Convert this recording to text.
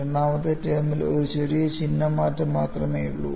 രണ്ടാമത്തെ ടേമിൽ ഒരു ചെറിയ ചിഹ്ന മാറ്റം മാത്രമേയുള്ളൂ